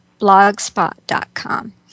blogspot.com